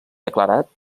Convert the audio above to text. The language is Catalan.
declarat